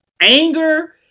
anger